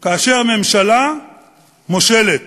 כאשר ממשלה מושלת,